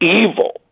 evil